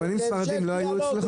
רבנים ספרדים לא היו אצלך?